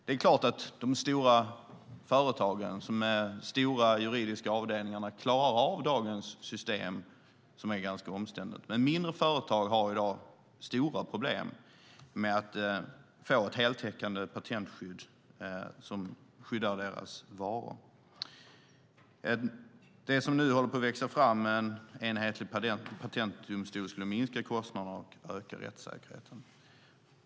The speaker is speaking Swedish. Det är klart att de stora företagen med stora juridiska avdelningar klarar av dagens system som är ganska omständligt. Men mindre företag har i dag stora problem med att få ett heltäckande patentskydd för sina varor. Det som nu håller på att växa fram, en enhetlig patentdomstol, skulle minska kostnaderna och öka rättssäkerheten.